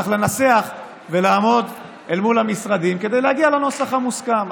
צריך לנסח ולעמוד אל מול המשרדים כדי להגיע לנוסח המוסכם.